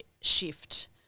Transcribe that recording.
shift